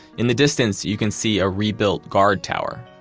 in the distance, you can see a rebuilt guard tower.